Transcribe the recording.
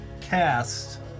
cast